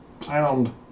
sound